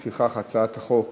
לפיכך, הצעת החוק